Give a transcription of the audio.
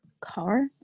car